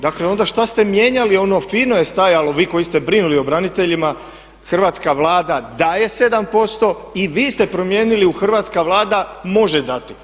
Dakle, što ste mijenjali ono fino je stajalo, vi koji ste brinuli o braniteljima, Hrvatska vlada daje 7% i vi ste promijenili u Hrvatska vlada može dati.